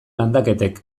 landaketek